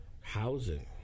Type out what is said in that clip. Housing